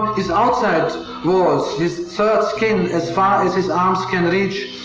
his outside walls, his third skin as far as his arms can reach,